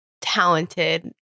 talented